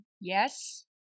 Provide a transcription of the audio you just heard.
yes